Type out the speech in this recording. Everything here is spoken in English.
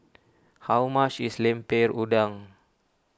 how much is Lemper Udang